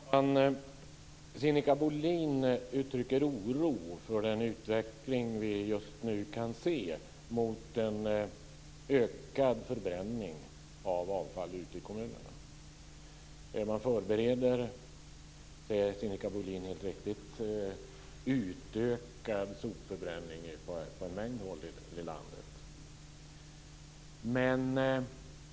Fru talman! Sinikka Bohlin uttrycker oro över den utveckling som vi nu ser mot en ökad förbränning av avfall i kommunerna. Sinikka Bohlin säger helt riktigt att man förbereder en utökad sopförbränning på en mängd orter i landet.